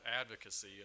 advocacy